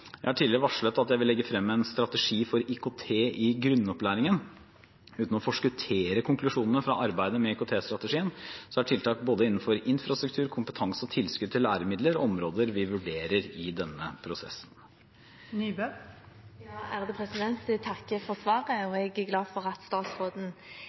Jeg har tidligere varslet at jeg vil legge frem en strategi for IKT i grunnopplæringen. Uten å forskuttere konklusjonene fra arbeidet med IKT-strategien er tiltak innenfor både infrastruktur, kompetanse og tilskudd til læremidler noe vi vurderer i denne prosessen. Jeg takker for svaret. Jeg er glad for at statsråden ser mulighetene som er der, og